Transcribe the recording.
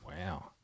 Wow